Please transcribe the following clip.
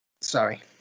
Sorry